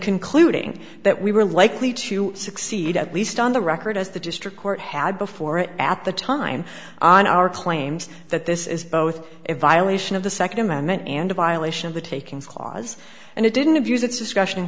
concluding that we were likely to succeed at least on the record as the district court had before it at the time on our claims that this is both a violation of the second amendment and a violation of the takings clause and it didn't abuse its discussion